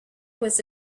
was